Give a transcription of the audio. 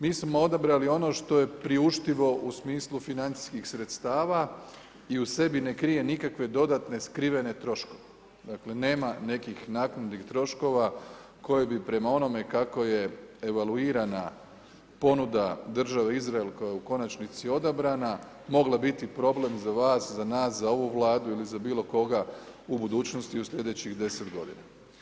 Mi smo odabrali ono što je priuštivo u smislu financijskih sredstava i u sebi ne krije nikakve dodatne skrivene troškove, dakle nema nekih naknadnih troškova koje bi prema onome kako je evaluirana ponuda države Izrael, koja je u konačnici odabrana, mogla biti problem za vas, za nas, za ovu Vladu ili za bilo koga u budućnosti u sljedećih 10 godina.